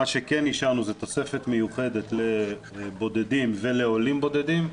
מה שכן נשאר לנו זה תוספת מיוחדת לבודדים ולעולים בודדים,